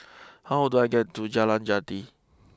how do I get to Jalan Jati